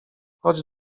chodź